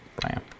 Bam